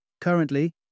Currently